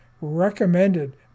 recommended